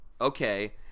okay –